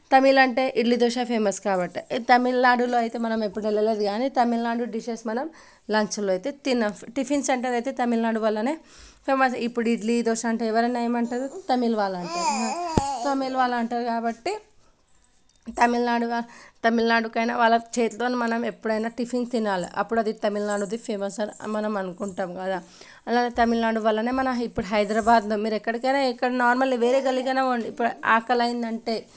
తమిళ్ అంటే ఇడ్లీ దోస ఫేమస్ కాబట్టి తమిళ్నాడులో అయితే మనం ఎప్పుడు వెళ్ళలేదు కానీ తమిళనాడు డిషెస్ మనం లంచ్ లో అయితే తినం టిఫిన్ సెంటర్స్ అయితే తమిళ్నాడు వలనే ఇప్పుడు ఇడ్లీ దోశ అంటే ఎవరైనా ఏమంటారు తమిళ్ వాళ్ళు అంటారు తమిళ్ వాళ్ళు అంటారు కాబట్టి తమిళనాడుగా తమిళనాడుకైనా వాళ్ళ చేతితోనే మనం ఎప్పుడైనా టిఫిన్ తినాలి అప్పుడు అది తమిళనాడుది ఫేమస్ అని మనం అనుకుంటాం కదా అలాగే తమిళనాడు వల్లనే ఇప్పుడు మనం హైదరాబాద్ మీరు ఎక్కడికైనా నార్మల్ వేరే గల్లీకైనా పొండి ఇప్పుడు ఆకలి అయింది అంటే